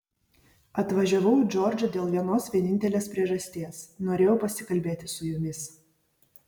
atvažiavau į džordžą dėl vienos vienintelės priežasties norėjau pasikalbėti su jumis